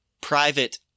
private